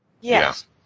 Yes